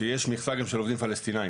שיש מכסה גם של עובדים פלסטינאים